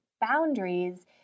boundaries